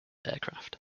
aircraft